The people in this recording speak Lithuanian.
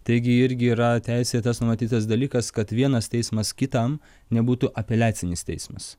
taigi irgi yra teisėtas numatytas dalykas kad vienas teismas kitam nebūtų apeliacinis teismas